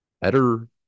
better